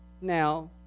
now